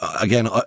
again